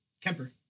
Kemper